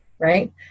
Right